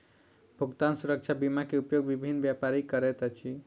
भुगतान सुरक्षा बीमा के उपयोग विभिन्न व्यापारी करैत अछि